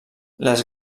les